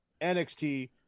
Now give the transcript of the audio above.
NXT